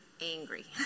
angry